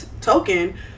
token